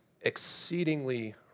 exceedingly